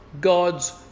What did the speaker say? God's